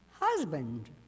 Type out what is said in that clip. husband